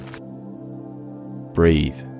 Breathe